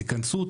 תכנסו,